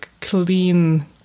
clean